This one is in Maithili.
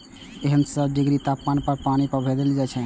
एक सय डिग्री तापमान पर पानि भाप मे बदलि जाइ छै